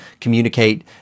communicate